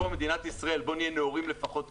מדינת ישראל, בואו נאורים לפחות כמוהם.